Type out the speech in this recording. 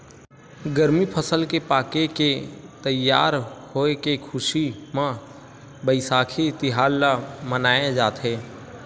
गरमी फसल के पाके के तइयार होए के खुसी म बइसाखी तिहार ल मनाए जाथे